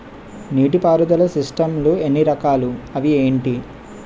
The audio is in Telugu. నీటిపారుదల సిస్టమ్ లు ఎన్ని రకాలు? అవి ఏంటి?